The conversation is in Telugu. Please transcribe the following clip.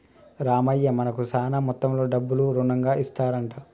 రామయ్య మనకు శాన మొత్తంలో డబ్బులు రుణంగా ఇస్తారంట